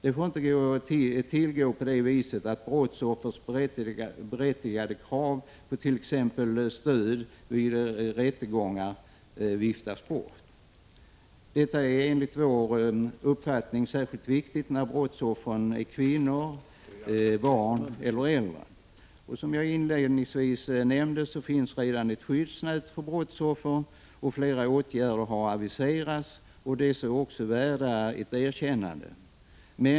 Det får inte tillgå på det viset att ett brottsoffers berättigade krav på t.ex. stöd vid rättegångar viftas bort. Detta är enligt vår uppfattning särskilt viktigt när brottsoffren är kvinnor, barn och äldre. 169 Som jag inledningsvis nämnde finns redan ett skyddsnät för brottsoffer, och flera åtgärder har aviserats vilka också är värda ett erkännande.